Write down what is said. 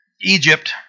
Egypt